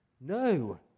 no